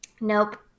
Nope